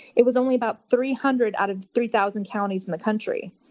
it was only about three hundred out of three thousand counties in the country.